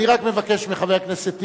אני רק מבקש מחבר הכנסת טיבי,